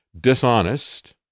dishonest